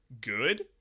good